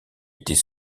était